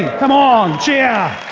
come on, cheer!